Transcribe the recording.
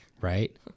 Right